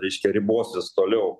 reiškia ribosis toliau